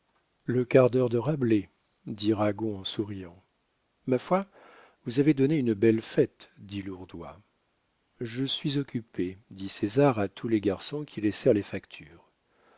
le quart d'heure de rabelais dit ragon en souriant ma foi vous avez donné une belle fête dit lourdois je suis occupé dit césar à tous les garçons qui laissèrent les factures